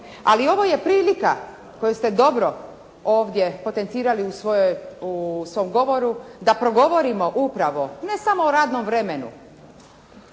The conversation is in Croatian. Ali ovo je prilika koju ste dobro ovdje potencirali u svom govoru da progovorimo upravo ne samo o radnom vremenu,